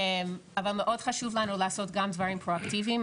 אבל מאוד חשוב לנו לעשות גם דברים פרואקטיביים,